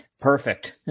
Perfect